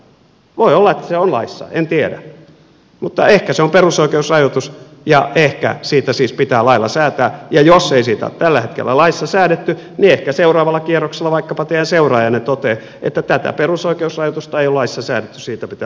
voi olla että se on laissa en tiedä mutta ehkä se on perusoikeusrajoitus ja ehkä siitä siis pitää lailla säätää ja jos ei siitä ole tällä hetkellä laissa säädetty niin ehkä seuraavalla kierroksella vaikkapa teidän seuraajanne toteaa että tätä perusoikeusrajoitusta ei ole laissa säädetty siitä pitää lailla säätää